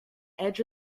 edge